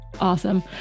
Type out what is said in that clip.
Awesome